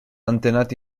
antenati